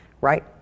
right